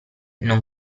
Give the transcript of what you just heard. non